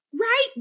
Right